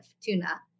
tuna